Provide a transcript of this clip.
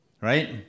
right